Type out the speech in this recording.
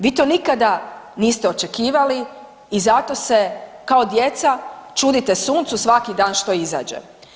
Vi to nikada niste očekivali i zato se kao djeca čudite suncu svaki dan što izađe.